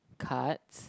cards